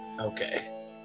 Okay